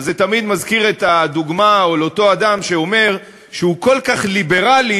זה תמיד מזכיר את הדוגמה על אותו אדם שאומר שהוא כל כך ליברלי